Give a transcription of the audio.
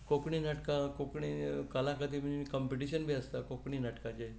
कोंकणी कला अकादमींत कॉम्पटीशन बी आसता नाटकांचें